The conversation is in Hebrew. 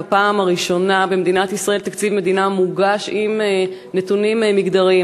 בפעם הראשונה במדינת ישראל תקציב מדינה מוגש עם נתונים מגדריים.